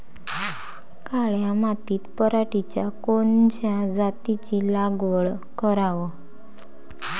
काळ्या मातीत पराटीच्या कोनच्या जातीची लागवड कराव?